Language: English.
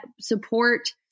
support